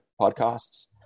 podcasts